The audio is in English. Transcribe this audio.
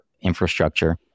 infrastructure